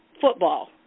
football